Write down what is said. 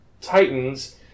Titans